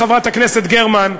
חברת הכנסת גרמן,